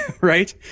Right